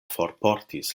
forportis